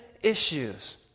issues